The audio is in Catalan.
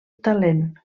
talent